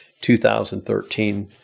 2013